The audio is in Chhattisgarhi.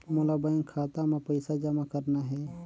मोला बैंक खाता मां पइसा जमा करना हे?